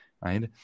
right